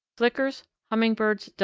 flickers, hummingbirds,